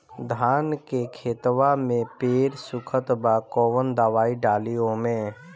धान के खेतवा मे पेड़ सुखत बा कवन दवाई डाली ओमे?